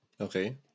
Okay